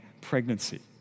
pregnancy